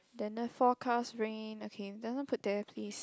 then the forecast rain okay doesn't put there please